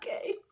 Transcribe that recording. okay